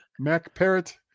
MacParrot